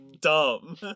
dumb